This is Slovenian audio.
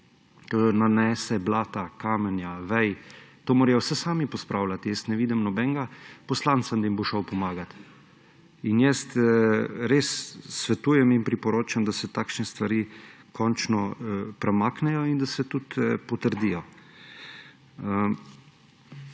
nanese blata, kamenja, vej, to morajo vse sami pospravljati. Jaz ne vidim nobenega poslanca, da jim bo šel pomagat. Res svetujem in priporočam, da se takšne stvari končno premaknejo in da se tudi potrdijo.